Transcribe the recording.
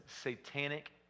satanic